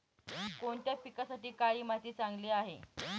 कोणत्या पिकासाठी काळी माती चांगली आहे?